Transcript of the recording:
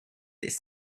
this